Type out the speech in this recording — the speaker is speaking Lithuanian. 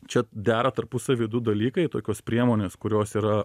čia dera tarpusavy du dalykai tokios priemonės kurios yra